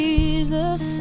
Jesus